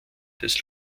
des